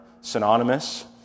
synonymous